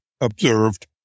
observed